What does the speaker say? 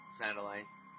satellites